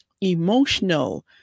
emotional